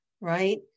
right